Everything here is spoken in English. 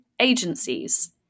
agencies